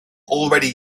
already